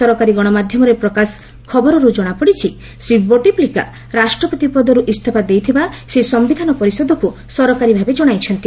ସରକାରୀ ଗଣମାଧ୍ୟମରେ ପ୍ରକାଶ ଖବରରୁ ଜଣାପଡ଼ିଛି ଶ୍ରୀ ବୌଟେଫ୍ଲିକା ରାଷ୍ଟ୍ରପତି ପଦର୍ ଇସ୍ତଫା ଦେଇଥିବା ସେ ସମ୍ଭିଧାନ ପରିଷଦକ୍ତ ସରକାରୀ ଭାବେ ଜଣାଇଛନ୍ତି